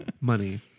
Money